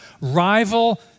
rival